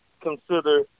Consider